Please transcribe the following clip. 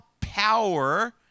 power